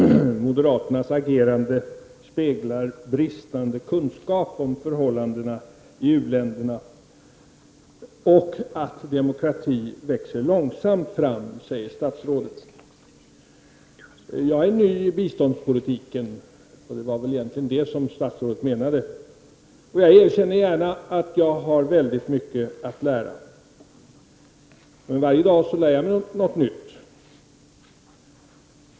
Fru talman! Moderaternas agerande speglar bristande kunskap om förhållandena i u-länderna och bristande kunskap om att att demokrati växer långsamt fram, säger statsrådet. Jag är ny i biståndspolitiken — det var väl egentli gen det som statsrådet menade, och jag erkänner gärna att jag har väldigt mycket att lära. Varje dag lär jag mig också något nytt.